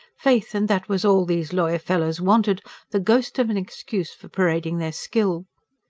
faith and that was all these lawyer-fellows wanted the ghost of an excuse for parading their skill.